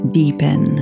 deepen